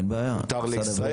מותר לישראל.